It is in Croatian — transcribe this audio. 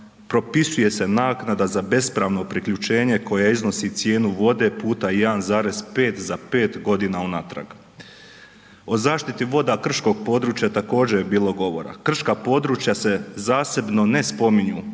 propisuje se naknada za bespravno priključenje koja iznosi cijenu vode puta 1,5 za 5 godina unatrag. O zaštiti voda krškog područja također je bilo govora, krška područja se zasebno ne spominju